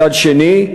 מצד שני,